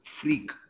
freak